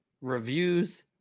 reviews